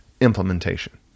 implementation